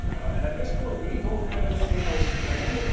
and at this point we don't have anything else planned, but,